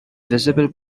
visible